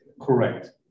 Correct